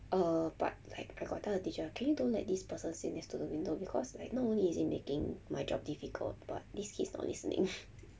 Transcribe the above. uh but like I got tell the teacher can you don't let this person sit next to the window because like not only is he making my job difficult but this kid's not listening